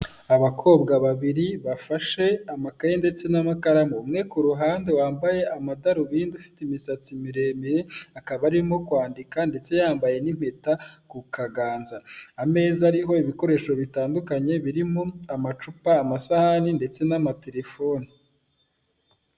Abakobwa babiri bafashe amakaye ndetse n'amakaramu, umwe ku ruhande wambaye amadarubindi, ufite imisatsi miremire, akaba arimo kwandika, ndetse yambaye n'impeta ku kaganza. Ameza ariho ibikoresho bitandukanye, birimo amacupa, amasahani, ndetse n'amatelefoni.